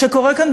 שקורה כאן,